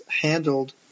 handled